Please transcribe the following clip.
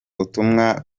butumwa